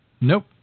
Nope